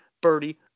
birdie